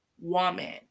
woman